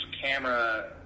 camera